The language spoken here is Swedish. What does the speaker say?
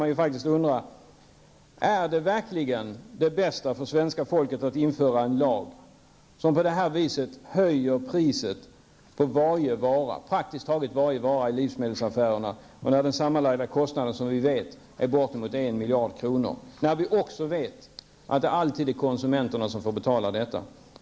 Man kan då undra: Är verkligen det bästa för svenska folket att införa en lag som höjer priser på praktiskt taget varje vara i livsmedelsaffärerna, när den sammanlagda kostnaden enligt vad vi vet är bortemot 1 miljard kronor, och när det enligt vad vi också vet alltid är konsumenterna som får betala?